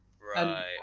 right